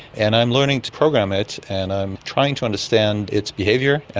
and i'm learning to program it and i'm trying to understand its behaviour,